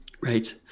Right